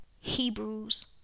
Hebrews